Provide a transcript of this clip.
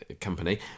company